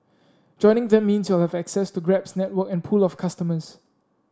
joining them means you'll have access to Grab's network and pool of customers